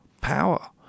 power